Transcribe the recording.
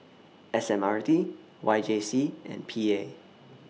S M R T Y J C and P A